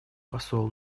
посол